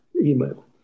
email